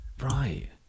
Right